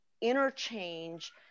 interchange